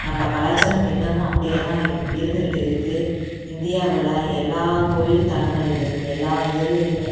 நம்ப கலாச்சாரம் இன்னமும் அப்படியே தான் இருந்துக்கிட்டு இருக்கு இந்தியாவில் எல்லா கோயில் தலங்களிலும் எல்லா இதுலையுமே